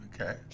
okay